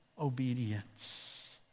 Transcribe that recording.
obedience